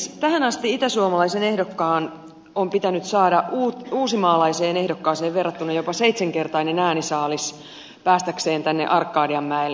tähän asti itäsuomalaisen ehdokkaan on pitänyt saada uusmaalaiseen ehdokkaaseen verrattuna jopa seitsenkertainen äänisaalis päästääkseen tänne arkadianmäelle